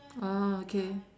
ah okay